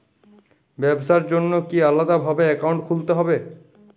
ব্যাবসার জন্য কি আলাদা ভাবে অ্যাকাউন্ট খুলতে হবে?